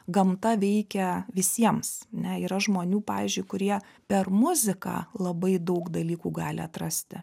gamta veikia visiems ne yra žmonių pavyzdžiui kurie per muziką labai daug dalykų gali atrasti